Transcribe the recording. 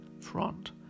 front